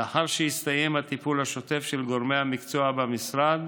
לאחר שיסתיים הטיפול השוטף של גורמי המקצוע במשרד,